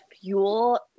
fuel